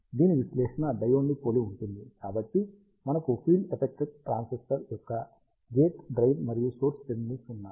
దీని విశ్లేషణ డయోడ్ ని పోలి ఉంటుంది కాబట్టి మనకు ఫీల్డ్ ఎఫెక్ట్ ట్రాన్సిస్టర్ యొక్క గేట్ డ్రెయిన్ మరియు సోర్స్ టెర్మినల్స్ ఉన్నాయి